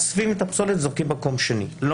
אוספים את הפסולת וזורקים במקום אחר.